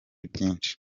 byinshi